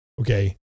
okay